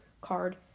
card